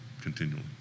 continually